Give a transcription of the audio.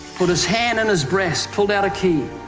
put his hand on his breast, pulled out a key.